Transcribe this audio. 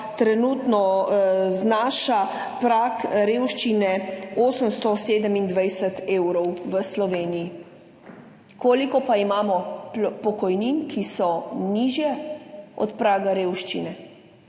trenutno znaša prag revščine 827 evrov v Sloveniji. Koliko pa imamo pokojnin, ki so nižje od praga revščine?